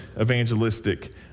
evangelistic